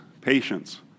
patience